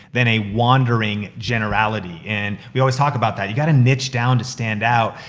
than a wandering generality. and we always talk about that, you gotta niche down to stand out,